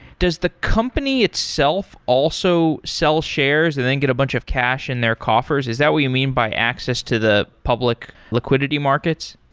does the company itself also sell shares and they can get a bunch of cash in their coffers? is that what you mean by access to the public liquidity markets?